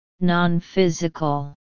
Non-physical